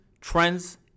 trends